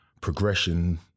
progression